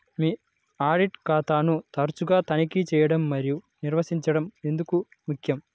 మీ audit ఖాతాను తరచుగా తనిఖీ చేయడం మరియు నిర్వహించడం ఎందుకు ముఖ్యం?